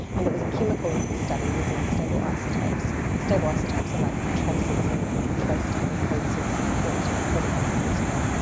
and it was a chemical study using stable isotopes. stable isotopes are like traces and they can trace different food sources through to whatever has has eaten them.